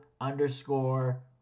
underscore